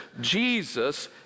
Jesus